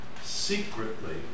secretly